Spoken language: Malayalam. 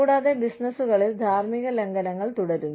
കൂടാതെ ബിസിനസ്സുകളിൽ ധാർമ്മിക ലംഘനങ്ങൾ തുടരുന്നു